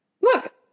Look